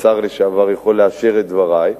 השר לשעבר יכול לאשר את דברי.